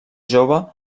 jove